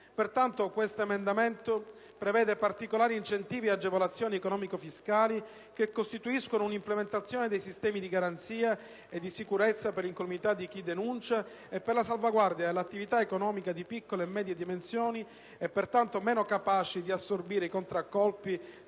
Pertanto l'emendamento in titolo prevede particolari incentivi e agevolazioni economico-fiscali, che costituiscono un'implementazione dei sistemi di garanzia e di sicurezza per l'incolumità di chi denuncia e per la salvaguardia dell'attività economica di piccole e medie dimensioni e pertanto meno capaci di assorbire i contraccolpi